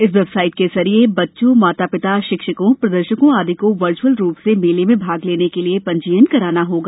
इस वेबसाइट के जरिये बच्चोंए माता पिताए शिक्षकोंए प्रदर्शकों आदि को वर्च्अल रूप से मेले में भाग लेने के लिए पंजीक़त कराना होगा